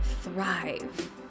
thrive